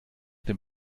dem